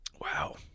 Wow